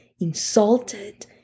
insulted